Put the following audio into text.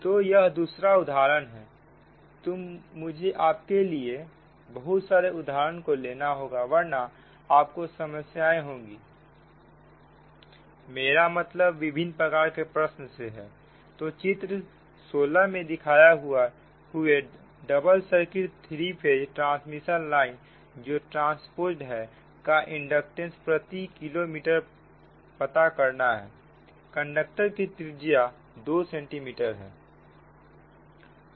तो यह दूसरा उदाहरण है मुझे आपके लिए बहुत सारे उदाहरण को लेना होगा वरना आपको समस्या होगी मेरा मतलब विभिन्न प्रकार के प्रश्न से है तो चित्र 16 में दिखाए हुए double circuit 3 phase transmission line जो ट्रांसपोज्ड है का इंडक्टेंस प्रति किलोमीटर पता करना है कंडक्टर की त्रिज्या 2 सेंटीमीटर है